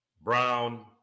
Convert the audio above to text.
Brown